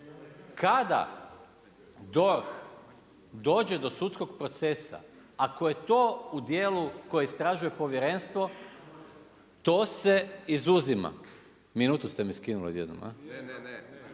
Kada DORH dođe do sudskog procesa, ako je to u dijelu koje istražuje povjerenstvo, to se izuzima. Minutu ste mi skinuli odjednom, a? …